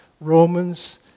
Romans